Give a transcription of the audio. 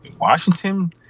Washington